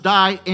die